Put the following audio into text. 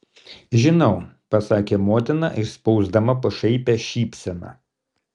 žinau pasakė motina išspausdama pašaipią šypseną